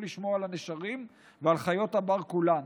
לשמור על הנשרים ועל חיות הבר כולן.